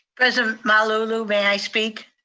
president malauulu, may i speak?